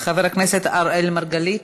חבר הכנסת אראל מרגלית.